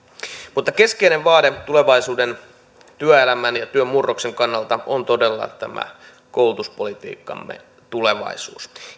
mutta keskeinen vaade tulevaisuuden työelämän ja työn murroksen kannalta on todella tämä koulutuspolitiikkamme tulevaisuus